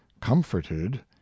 comforted